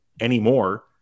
anymore